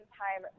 time